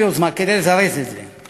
כדי לזרז את זה נקטנו יוזמה.